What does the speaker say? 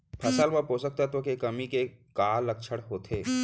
फसल मा पोसक तत्व के कमी के का लक्षण होथे?